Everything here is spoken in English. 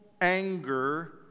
anger